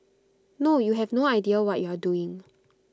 no you have no idea what you are doing